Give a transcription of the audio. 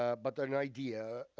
ah but an idea,